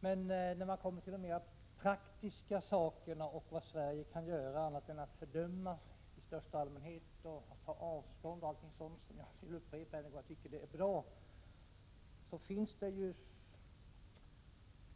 Men när man kommer till de litet mera praktiska frågorna, om vad Sverige kan göra annat än att i största allmänhet fördöma och ta avstånd, etc. — som i och för sig är ett handlande som jag tycker är bra, det vill jag upprepa — så finns det ju